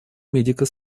медико